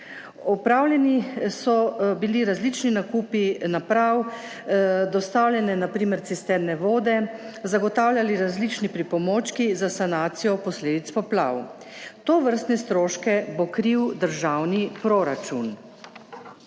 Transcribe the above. Opravljeni so bili različni nakupi naprav, dostavljene na primer cisterne vode, zagotavljali različni pripomočki za sanacijo posledic poplav. Tovrstne stroške bo kril državni proračun.